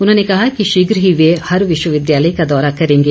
उन्होंने कहा वे शीघ ही हर विश्वविद्यालय का दौरा करेंगे